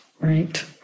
right